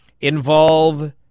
involve